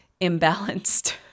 imbalanced